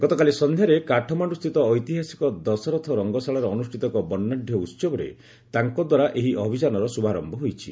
ଗତକାଲି ସନ୍ଧ୍ୟାରେ କାଠମାଣ୍ଡୁସ୍ଥିତ ଐତିହାସିକ ଦଶରଥ ରଙ୍ଗଶାଳାରେ ଅନୁଷ୍ଠିତ ଏକ ବର୍ଷାଢ଼୍ୟ ଉତ୍ସବରେ ତାଙ୍କଦ୍ୱାରା ଏହି ଅଭିଯାନର ଶୁଭାରୟ ହୋଇଛି